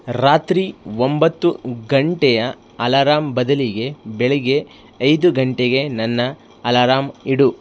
ರಾತ್ರಿ ಒಂಬತ್ತು ಗಂಟೆಯ ಅಲಾರಾಂ ಬದಲಿಗೆ ಬೆಳಿಗ್ಗೆ ಐದು ಗಂಟೆಗೆ ನನ್ನ ಅಲಾರಾಂ ಇಡು